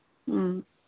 ꯎꯝ